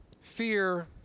Fear